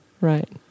Right